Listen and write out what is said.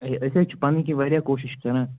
ہے أسۍ حظ چھِ پَنٛنۍ کِنٛۍ واریاہ کوٗشِش کَران